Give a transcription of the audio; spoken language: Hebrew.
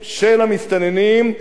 אלה שנכנסים היום,